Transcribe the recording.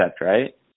right